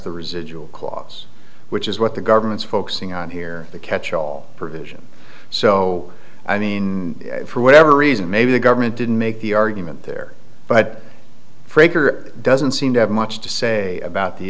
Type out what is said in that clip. the residual clause which is what the government's focusing on here the catch all provision so i mean for whatever reason maybe the government didn't make the argument there but frager doesn't seem to have much to say about the